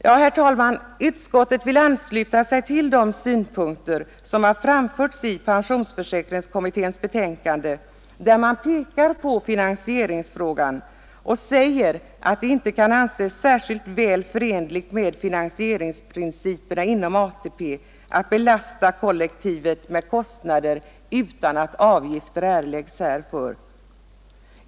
Ja, herr talman, utskottet vill ansluta sig till de synpunkter som har framförts i pensionsförsäkringskommitténs betänkande, där man pekar på finansieringsfrågan och säger, att det inte kan anses särskilt väl förenligt med finansieringsprinciperna inom ATP att belasta kollektivet med kostnader utan att avgifter erläggs härför.